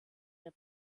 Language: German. der